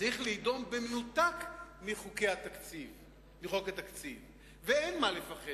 צריך להידון במנותק מחוק התקציב, ואין מה לפחד.